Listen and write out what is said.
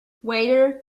waiter